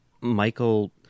Michael